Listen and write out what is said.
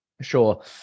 Sure